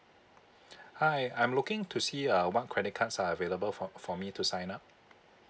hi I'm looking to see uh what credit cards are available for for me to sign up